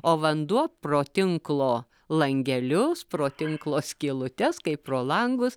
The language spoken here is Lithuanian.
o vanduo pro tinklo langelius pro tinklo skylutes kaip pro langus